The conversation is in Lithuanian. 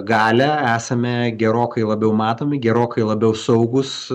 galią esame gerokai labiau matomi gerokai labiau saugūs